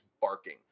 barking